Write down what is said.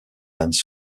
ânes